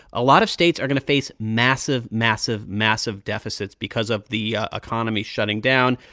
a lot of states are going to face massive, massive, massive deficits because of the economy shutting down.